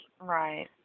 Right